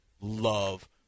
love